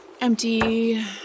empty